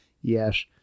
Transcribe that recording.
yes